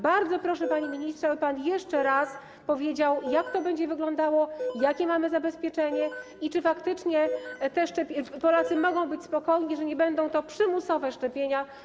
Bardzo proszę, panie ministrze, żeby pan jeszcze raz powiedział, jak to będzie wyglądało, jakie mamy zabezpieczenie i czy faktycznie Polacy mogą być spokojni, że nie będą to przymusowe szczepienia.